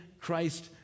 Christ